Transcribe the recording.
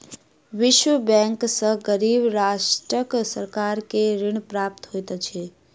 विश्व बैंक सॅ गरीब राष्ट्रक सरकार के ऋण प्राप्त होइत अछि